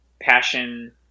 passion